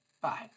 Bye